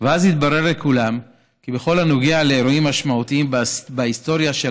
ואז התברר לכולם כי בכל הנוגע לאירועים משמעותיים בהיסטוריה של